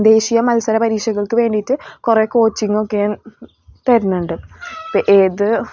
ദേശിയ മത്സര പരീക്ഷകൾക്ക് വേണ്ടിയിട്ട് കുറേ കോച്ചിങ് ഒക്കെ തരുന്നുണ്ട് ഇപ്പം ഏത്